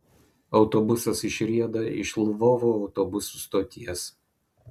autobusas išrieda iš lvovo autobusų stoties